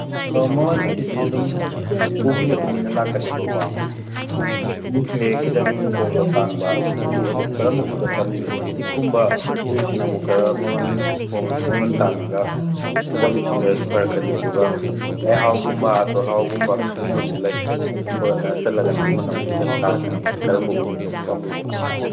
ꯑꯣ ꯃꯃꯟꯁꯤꯗꯤ ꯑꯗꯨꯝ ꯎꯒꯤ ꯃꯇꯨꯡ ꯏꯟꯅ ꯂꯥꯛꯀꯅꯦꯕ ꯀꯣ ꯎꯁꯦ ꯈꯤꯇꯪ ꯍꯣꯡꯕ ꯇꯥꯡꯕ ꯎ ꯑꯗꯨ ꯀꯔꯝꯕ ꯎꯗ ꯄꯥꯝꯕꯤꯕꯅꯣ ꯇꯤꯛꯀꯨꯝꯕ ꯎꯁꯤꯅꯃꯨꯛ ꯈꯔ ꯃꯃꯟ ꯃꯃꯟ ꯇꯥꯡꯉꯒ ꯀ꯭ꯋꯥꯂꯤꯇꯤ ꯈꯔꯁꯨ ꯐꯔꯛꯀꯅꯤ ꯑꯗꯨꯒ ꯂꯩꯍꯥꯎꯒꯨꯝꯕ ꯇꯣꯜꯍꯥꯎꯒꯨꯝꯕ ꯁꯨꯒꯨꯝꯕꯁꯨ ꯂꯩ ꯑꯗꯨꯝꯕꯅ ꯆꯜꯂꯒꯅ ꯃꯃꯟ ꯑꯃꯨꯛ ꯈꯤꯇꯪ ꯇꯥꯔꯛꯀꯅꯤ ꯀꯔꯝꯕ ꯎꯗ ꯇꯧꯕ ꯄꯥꯝꯕꯤꯕꯅꯣ